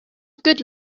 good